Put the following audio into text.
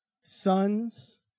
Sons